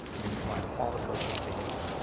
you're gonna provide them all the coaching that they need,